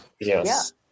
Yes